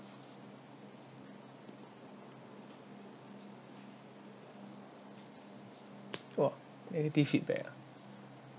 !wah! negative feedback ah